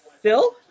Phil